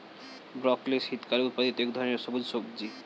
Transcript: broccoli শীতকালে উৎপাদিত এক ধরনের সবুজ সবজি